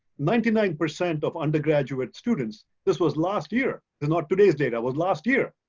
ninety nine percent of undergraduate students, this was last year, they're not today's data, was last year,